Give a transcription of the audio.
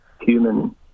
human